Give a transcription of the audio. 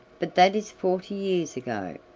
but that is forty years ago,